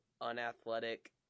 unathletic